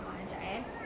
ah kejap eh